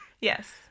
yes